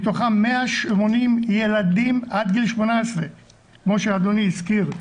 מתוכם 180 ילדים עד גיל 18. כמו שאדוני הזכיר,